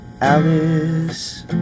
Alice